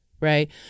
right